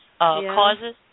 causes